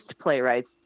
playwrights